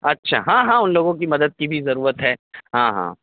اچھا ہاں ہاں ان لوگوں کی مدد کی بھی ضرورت ہے ہاں ہاں